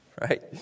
right